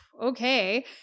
Okay